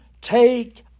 take